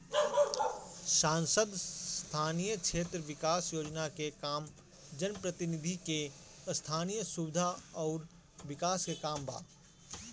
सांसद स्थानीय क्षेत्र विकास योजना के काम जनप्रतिनिधि के स्थनीय सुविधा अउर विकास के काम बा